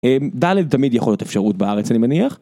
ד. תמיד יכול להיות אפשרות בארץ אני מניח.